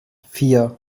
vier